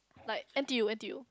like N_T_U N_T_U